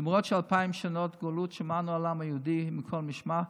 למרות שאלפיים שנות גלות שמרנו על העם היהודי מכל משמר,